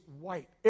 white